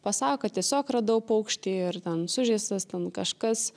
pasako kad tiesiog radau paukštį ar ten sužeistas ten kažkas